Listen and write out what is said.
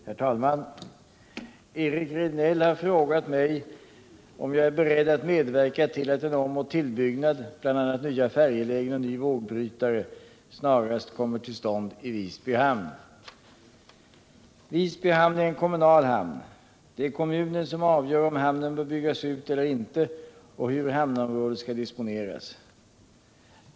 Herr talman! Eric Rejdnell har frågat mig om jag är beredd att medverka till att en omoch tillbyggnad, bl.a. nya färjelägen och ny vågbrytare, snarast kommer till stånd i Visby hamn. Visby hamn är en kommunal hamn. Det är kommunen som avgör om hamnen bör byggas ut eller inte och hur hamnområdet skall disponeras.